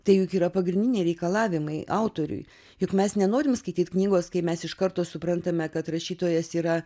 tai juk yra pagrindiniai reikalavimai autoriui juk mes nenorim skaityt knygos kai mes iš karto suprantame kad rašytojas yra